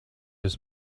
his